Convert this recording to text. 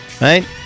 Right